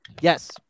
Yes